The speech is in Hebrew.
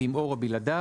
ועם עור או בלעדיו.